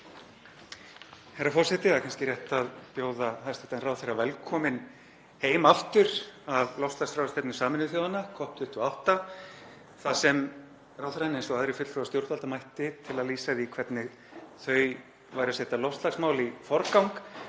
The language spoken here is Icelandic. Herra forseti. Það er kannski rétt að bjóða hæstv. ráðherra velkominn heim aftur af loftslagsráðstefnu Sameinuðu þjóðanna, COP28, þar sem ráðherrann eins og aðrir fulltrúar stjórnvalda mætti til að lýsa því hvernig þau væru að setja loftslagsmál í forgang,